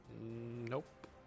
Nope